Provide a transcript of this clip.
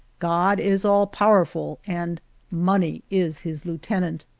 god is all pow erful and money is his lieutenant.